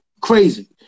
crazy